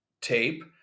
tape